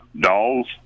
dolls